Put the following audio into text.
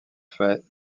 fait